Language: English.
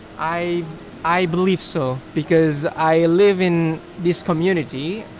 i i believe so because i live in this community.